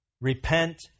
Repent